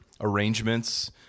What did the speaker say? arrangements